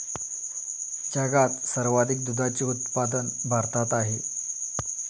जगात सर्वाधिक दुधाचे उत्पादन भारतात आहे